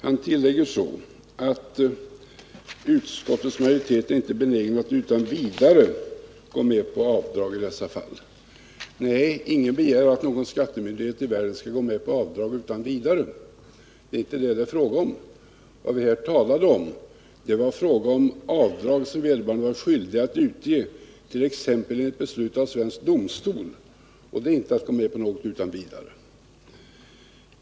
Han tillägger så att utskottets majoritet inte är benägen att utan vidare gå med på avdrag i dessa fall. Nej, ingen begär att någon skattemyndighet i världen skall gå med på avdrag utan vidare. Det är inte detta det är fråga om. Vad vi här talar om är avdrag för belopp som vederbörande är skyldig att utge, t.ex. enligt beslut av svensk domstol, och det är inte att gå med på något utan vidare.